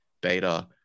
beta